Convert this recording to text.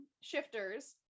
Shifters